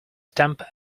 stamp